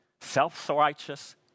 self-righteous